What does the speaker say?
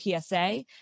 PSA